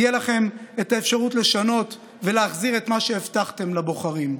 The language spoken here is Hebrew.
תהיה לכם אפשרות לשנות ולהחזיר את מה שהבטחתם לבוחרים,